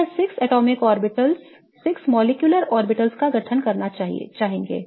तो यह 6 आणविक कक्षा का गठन करना चाहिए